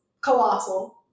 Colossal